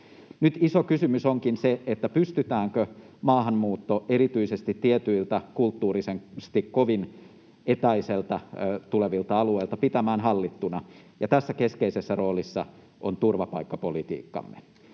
Nyt iso kysymys onkin se, pystytäänkö maahanmuutto erityisesti tietyiltä kulttuurisesti kovin etäisiltä alueilta pitämään hallittuna, ja tässä keskeisessä roolissa on turvapaikkapolitiikkamme.